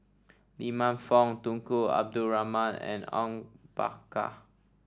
Lee Man Fong Tunku Abdul Rahman and Bakar